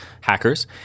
hackers